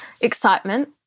excitement